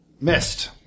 Missed